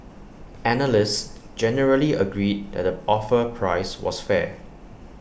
analysts generally agreed that the offer price was fair